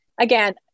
again